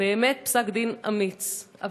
באמת פסק-דין אמיץ.